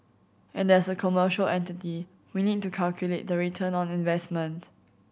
and as a commercial entity we need to calculate the return on investment